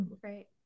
Great